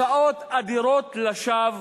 הוצאות אדירות לשווא,